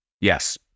Yes